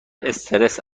استرس